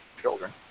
children